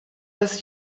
das